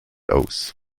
aus